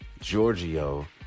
Giorgio